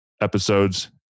episodes